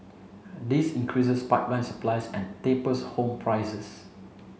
this increases pipeline supply and tapers home prices